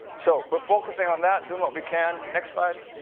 so we're focusing on that, doing what we can. next slide.